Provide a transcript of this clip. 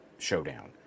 Showdown